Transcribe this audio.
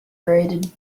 graded